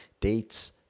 Dates